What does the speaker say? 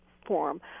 form